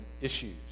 issues